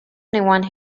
anyone